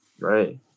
right